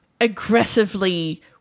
aggressively